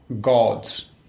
gods